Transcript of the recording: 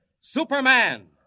Superman